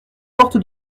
porte